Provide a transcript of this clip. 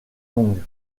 longue